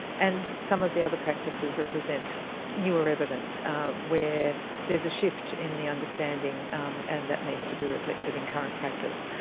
and some of the other practices represent newer evidence where there is a shift in the understanding and that needs to be reflected in current practice.